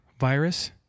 virus